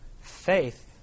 Faith